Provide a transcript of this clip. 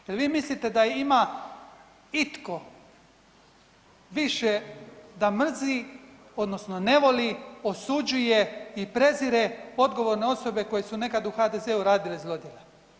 Jel' vi mislite da ima itko više da mrzi odnosno ne voli, osuđuje i prezire odgovorne osobe koje su nekad u HDZ-u radile zlodjela.